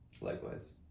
likewise